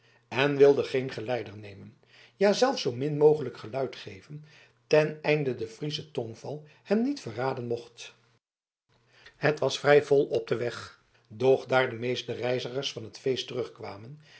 en wilde geen geleider nemen ja zelfs zoo min mogelijk geluid geven ten einde de friesche tongval hem niet verraden mocht het was vrij vol op den weg doch daar de meeste reizigers van het feest terugkwamen